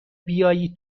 بیایی